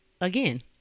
again